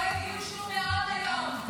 לא הגיעו שום מאות היום.